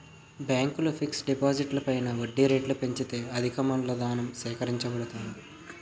బ్యాంకులు ఫిక్స్ డిపాజిట్లు పైన వడ్డీ రేట్లు పెంచితే అధికమూలధనం సేకరించబడుతుంది